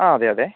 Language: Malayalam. ആ അതെ അതെ